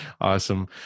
Awesome